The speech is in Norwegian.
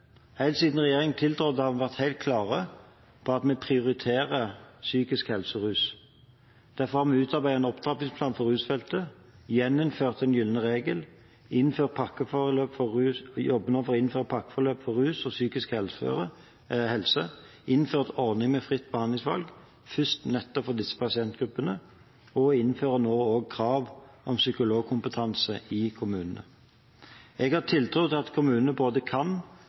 Helt siden regjeringen tiltrådte, har vi vært helt klare på at vi prioriterer psykisk helse og rus. Derfor har vi utarbeidet en opptrappingsplan for rusfeltet, gjeninnført den gylne regel, vi jobber nå for å innføre pakkeforløp for rus og psykisk helse, vi har innført ordningen med fritt behandlingsvalg – først for nettopp disse pasientgruppene – og vi innfører nå også krav om psykologkompetanse i kommunene. Jeg har tiltro til at kommunene både kan